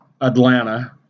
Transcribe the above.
Atlanta